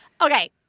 Okay